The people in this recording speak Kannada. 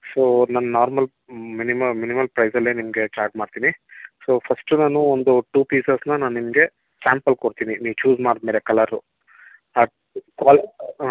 ಸೊ ನಾನು ನಾರ್ಮಲ್ ಮಿನಿಮ ಮಿನಿಮಲ್ ಪ್ರೈಸಲ್ಲೇ ನಿಮಗೆ ಚಾರ್ಜ್ ಮಾಡ್ತೀನಿ ಸೊ ಫಸ್ಟು ನಾನು ಒಂದು ಟೂ ಪೀಸಸನ್ನ ನಾನು ನಿಮಗೆ ಸ್ಯಾಂಪಲ್ ಕೊಡ್ತೀನಿ ನೀವು ಚೂಸ್ ಮಾಡಿದ್ಮೇಲೆ ಕಲರು ಆ ಕ್ವಾ ಹಾಂ